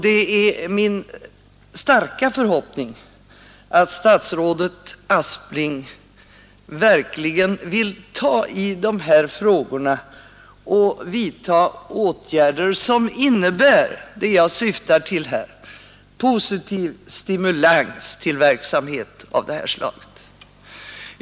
Det är min starka förhoppning att statsrådet Aspling verkligen vill hålla i dessa frågor och vidtaga åtgärder som innebär det jag syftar till, nämligen positiv stimulans till verksamhet av det här slaget. Herr talman!